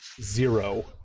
Zero